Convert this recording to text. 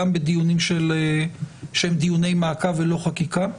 גם בדיונים שהם דיוני מעקב ולא חקיקה.